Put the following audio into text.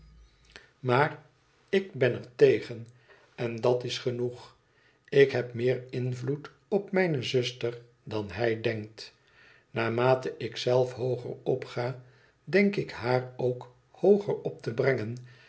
maar ik ben er tegen en dat is genoeg ik heb meer invloed op mijne zuster dan hij denkt naarmate ik zelf hooger op ga denk ik haar ook hooger op te brengen